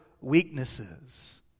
weaknesses